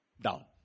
Down